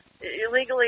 illegally